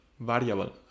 variable